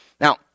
Now